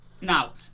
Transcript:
Now